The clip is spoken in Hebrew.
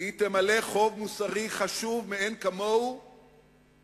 תמלא חוב מוסרי חשוב מאין כמוהו